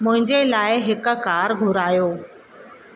मुंहिंजे लाइ हिक कार घुरायो